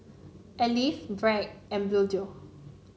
Alive Bragg and Bluedio